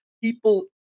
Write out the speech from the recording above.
People